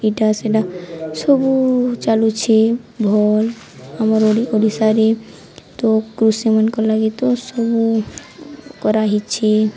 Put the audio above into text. ଇଟା ସେଟା ସବୁ ଚାଲୁଛେ ଭଲ୍ ଆମର୍ ଓ ଓଡ଼ିଶାରେ ତ କୃଷିମାନଙ୍କ ଲାଗି ତ ସବୁ କରାହେଇଛେ